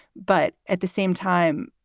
but at the same time,